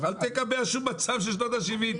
אז אל תקבע שום מצב של שנות השבעים,